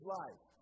life